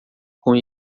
com